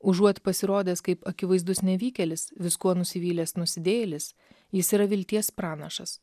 užuot pasirodęs kaip akivaizdus nevykėlis viskuo nusivylęs nusidėjėlis jis yra vilties pranašas